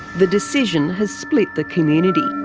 the decision has split the community.